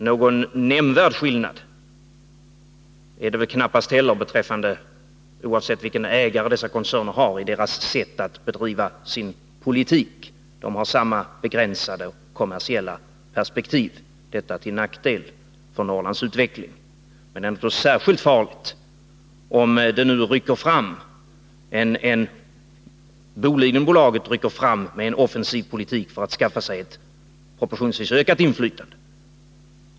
Någon nämnvärd skillnad är det knappast heller, oavsett vilken ägare dessa koncerner har, i deras sätt att bedriva sin politik. De har samma begränsade och kommersiella perspektiv — detta till nackdel för Norrlands utveckling. Men det är naturligtvis särskilt farligt om nu Bolidenbolaget rycker fram med en offensiv politik för att skaffa sig ett proportionsvis ökat inflytande.